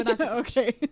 Okay